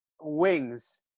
Wings